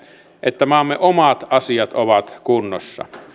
että maamme omat asiat ovat kunnossa